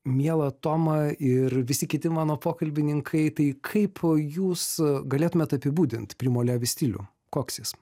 miela toma ir visi kiti mano pokalbininkai tai kaip jūs galėtumėt apibūdint primo levi stilių koks jis